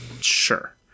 sure